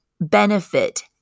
benefit